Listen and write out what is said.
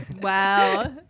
Wow